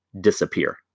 disappear